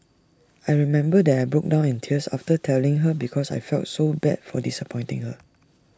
I remember that I broke down in tears after telling her because I felt so bad for disappointing her